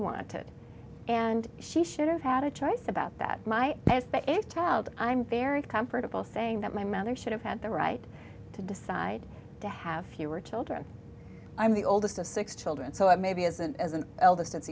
wanted and she should have had a choice about that my child i'm very comfortable saying that my mother should have had the right to decide to have fewer children i'm the oldest of six children so i maybe isn't as an eldest it's